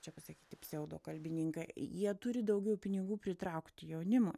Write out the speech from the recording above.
čia pasakyti pseudo kalbininkai jie turi daugiau pinigų pritraukti jaunimui